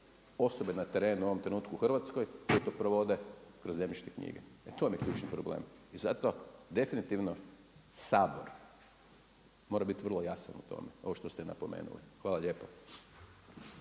osobe na terenu u ovom trenutku u Hrvatskoj koje to provode kroz zemljišne knjige. I to vam je ključni problem. I zato definitivno Sabor, mora biti vrlo jasan u tome, kao što ste i napomenuli. Hvala lijepa.